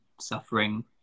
suffering